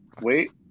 Wait